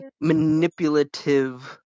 manipulative